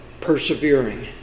persevering